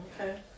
Okay